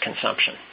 consumption